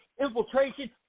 infiltration